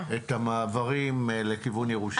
את המעברים לכיוון ירושלים.